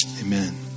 amen